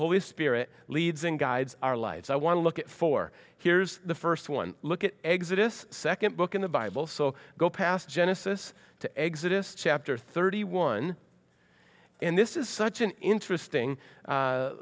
holy spirit leads in guides our lives i want to look at for here's the first one look at exit is second book in the bible so go past genesis to exit is chapter thirty one and this is such an interesting